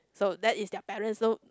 so that is their parents so